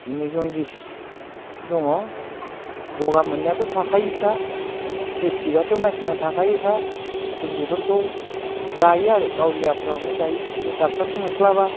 बिदिनो जन्दिस दङ गगा मोननायाथ' थाखायोखा आरो गेस्ट्रिकआथ' मानसिनाव थाखायोखा जों बेफोरखौ जायो आरो गावलियाफ्रावनो जायो नै डक्ट'रखौ मोनस्लाबा